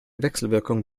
wechselwirkung